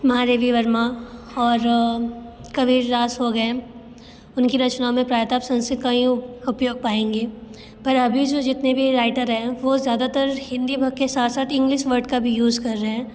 महादेवी वर्मा और कबीर दास हो गए उनकी रचनाओं में प्रायतह आप संस्कृत का ही उपयोग पाएंगे पर अभी जो जितने भी राइटर हैं वो ज़्यादातर हिन्दी के साथ साथ इंग्लिश वर्ड का भी यूज़ कर रहे हैं